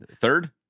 third